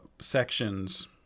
sections